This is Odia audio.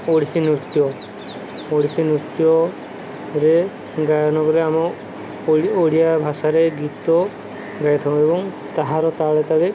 ଓଡ଼ିଶୀ ନୃତ୍ୟ ଓଡ଼ିଶୀ ନୃତ୍ୟରେ ଗାୟନ କରି ଆମ ଓଡ଼ିଆ ଭାଷାରେ ଗୀତ ଗାଇଥାଉ ଏବଂ ତାହାର ତାଳେ ତଳେ